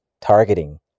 targeting